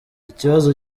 ikibazo